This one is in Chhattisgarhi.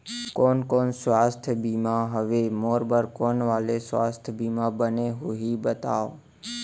कोन कोन स्वास्थ्य बीमा हवे, मोर बर कोन वाले स्वास्थ बीमा बने होही बताव?